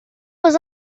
was